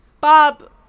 Bob